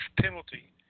penalty